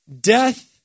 Death